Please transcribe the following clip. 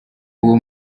uwo